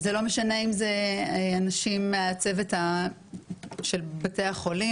וזה לא משנה אם זה אנשים מהצוות של בתי החולים,